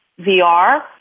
VR